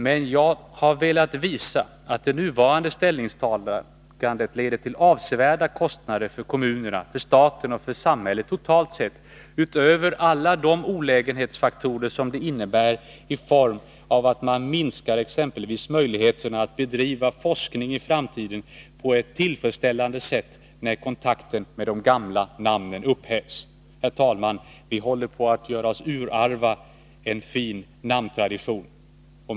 Men jag har velat visa att det nuvarande ställningstagandet leder till avsevärda kostnader för kommunerna, för staten och för samhället totalt sett, utöver alla de olägenheter som det innebär i form av att man exempelvis minskar möjligheterna att i framtiden bedriva forskning på ett tillfredsställande sätt, när kontakten med de gamla namnen upphävs. Vi håller på att göra oss urarva en fin namntradition. Herr talman!